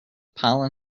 pollen